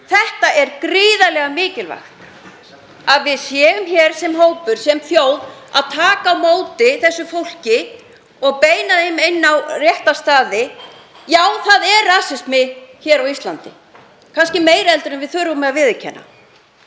Það er gríðarlega mikilvægt að við séum hér sem þjóð að taka á móti þessu fólki og beina því á rétta staði. Já, það er rasismi hér á Íslandi, kannski meiri en við þorum að viðurkenna.